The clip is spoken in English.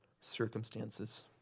circumstances